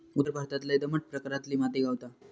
उत्तर भारतात लय दमट प्रकारातली माती गावता